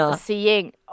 seeing